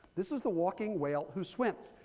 this is the walking whale who swims.